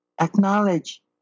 Acknowledge